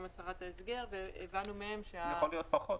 הצהרת ההסגר והבנו מהם -- זה יכול להיות פחות.